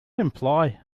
imply